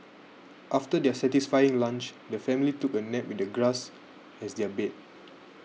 after their satisfying lunch the family took a nap with the grass as their bed